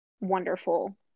wonderful